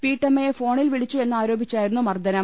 വീട്ടമ്മയെ ഫോണിൽ വിളിച്ചു എന്നാരോപിച്ചായിരുന്നു മർദ്ദനം